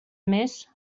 més